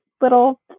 little